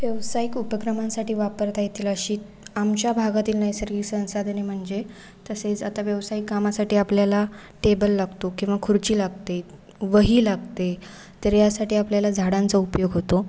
व्यावसायिक उपक्रमांसाठी वापरता येतील अशी आमच्या भागातील नैसर्गिक संसाधने म्हणजे तसेच आता व्यावसायिक कामासाठी आपल्याला टेबल लागतो किंवा खुर्ची लागते वही लागते तर यासाठी आपल्याला झाडांचा उपयोग होतो